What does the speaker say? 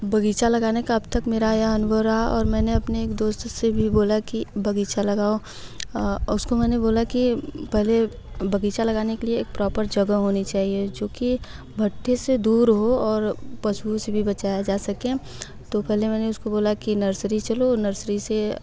बग़ीचा लगाने का अब तक मेरा यह अनुभव रहा और मैंने अपने एक दोस्त से भी बोला कि बग़ीचा लगाओ उसको मैंने बोला कि पहले बग़ीचा लगाने के लिए एक प्रोपर जगह होनी चाहिए जो कि भट्ठे से दूर हो और पशुओं से भी बचाया जा सके तो पहले मैंने उसको बोला कि नर्सरी चलो नर्सरी से